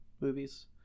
movies